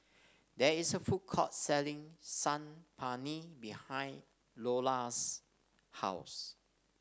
there is a food court selling Saag Paneer behind Lola's house